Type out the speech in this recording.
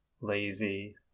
lazy